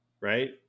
right